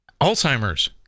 Alzheimer's